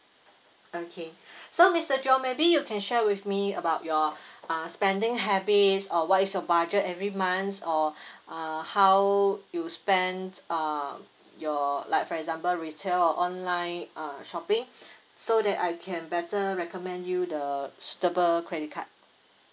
okay so mister john maybe you can share with me about your uh spending habit or what is your budget every months or uh how you spent uh your like for example retail or online uh shopping so that I can better recommend you the suitable credit card